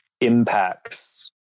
impacts